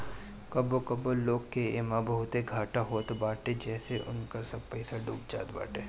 कबो कबो लोग के एमे बहुते घाटा होत बाटे जेसे उनकर सब पईसा डूब जात बाटे